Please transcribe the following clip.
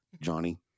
Johnny